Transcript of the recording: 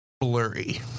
blurry